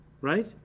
right